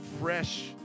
fresh